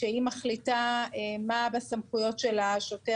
שהיא מחליטה מה בסמכויות של השוטר.